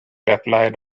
applied